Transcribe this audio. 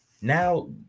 Now